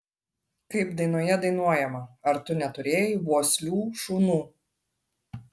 kaip dainoje dainuojama ar tu neturėjai vuoslių šunų